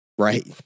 Right